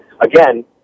again